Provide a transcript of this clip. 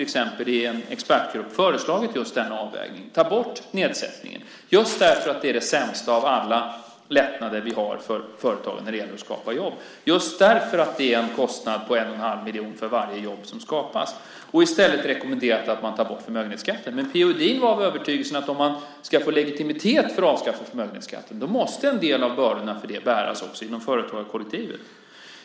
Edin i en expertgrupp föreslagit just denna avvägning - att ta bort nedsättningen därför att det är den sämsta av alla lättnader vi har för företagen när det gäller att skapa jobb, just därför att det är en kostnad på 1 1⁄2 miljon för varje jobb som skapas och i stället rekommenderat att man tar bort förmögenhetsskatten. P.-O. Edin var övertygad om att för att få legitimitet för att avskaffa förmögenhetsskatten måste en del av bördorna för det bäras också inom företagarkollektivet.